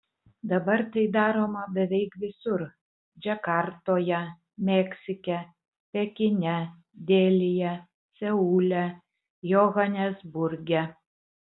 dabar tai daroma beveik visur džakartoje meksike pekine delyje seule johanesburge